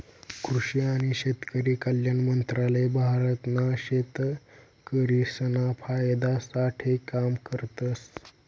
कृषि आणि शेतकरी कल्याण मंत्रालय भारत ना शेतकरिसना फायदा साठे काम करतस